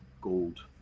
gold